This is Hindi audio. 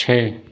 छः